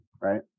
right